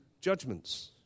judgments